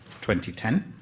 2010